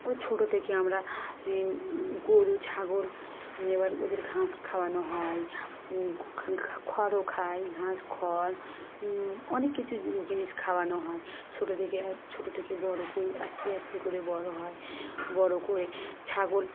ও ছোট থেকে আমরা গরু ছাগল এবার ওদের ঘাস খাওয়ানো হয় খড়ও খায় ঘাস খড় অনেক কিছু জিনিস খাওয়ানো হয় ছোট থেকে ছোটর থেকে বড় করি আস্তে আস্তে করে বড় হয় বড় করে ছাগল